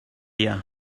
here